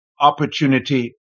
opportunity